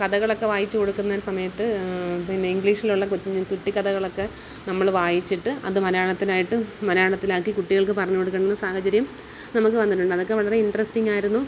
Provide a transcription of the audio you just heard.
കഥകളൊക്കെ വായിച്ചുകൊടുക്കുന്ന സമയത്ത് പിന്നെ ഇംഗ്ലിഷിലുള്ള കുഞ്ഞു കുട്ടിക്കഥകളൊക്കെ നമ്മൾ വായിച്ചിട്ട് അത് മലയാളത്തിനായിട്ട് മലയാളത്തിലാക്കി കുട്ടികൾക്ക് പറഞ്ഞുകൊടുക്കേണ്ട സാഹചര്യം നമുക്ക് വന്നിട്ടുണ്ട് അതൊക്കെ വളരെ ഇൻട്രസ്റ്റിങ്ങ് ആയിരുന്നു